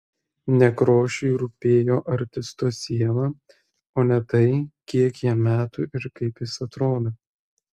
nekrošiui rūpėjo artisto siela o ne tai kiek jam metų ir kaip jis atrodo